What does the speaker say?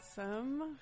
Awesome